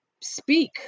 speak